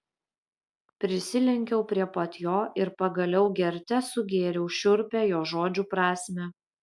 prisilenkiau prie pat jo ir pagaliau gerte sugėriau šiurpią jo žodžių prasmę